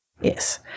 Yes